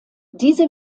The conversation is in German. diese